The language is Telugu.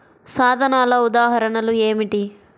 సాధనాల ఉదాహరణలు ఏమిటీ?